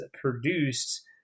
produced